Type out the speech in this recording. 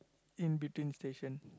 in between stations